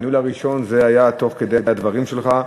הניהול הראשון היה תוך כדי הדברים שלך.